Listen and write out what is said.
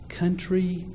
Country